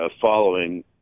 following